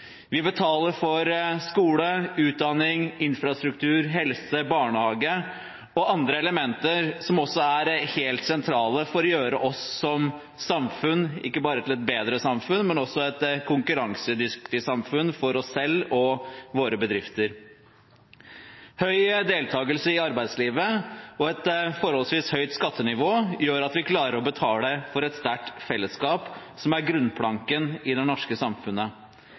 Vi betaler for skole, utdanning, infrastruktur, helse, barnehage og andre elementer som er helt sentrale for å gjøre samfunnet vårt ikke bare til et bedre samfunn, men også til et konkurransedyktig samfunn for oss selv og våre bedrifter. Høy deltakelse i arbeidslivet og et forholdsvis høyt skattenivå gjør at vi klarer å betale for et sterkt fellesskap som er grunnplanken i det norske samfunnet.